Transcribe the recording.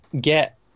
get